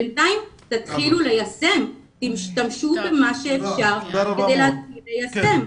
בינתיים תתחילו ליישם ותשתמשו במה שאפשר כדי להתחיל ליישם.